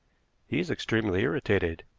he is extremely irritated,